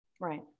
Right